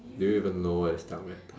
do you even know what is dark matter